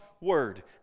Word